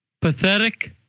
pathetic